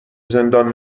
زندان